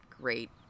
great